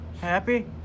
Happy